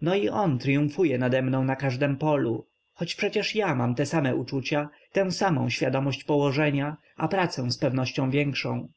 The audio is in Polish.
no i on tryumfuje nademną na każdem polu choć przecież ja mam te same uczucia tę samę świadomość położenia a pracę zpewnością większą